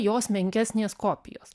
jos menkesnės kopijos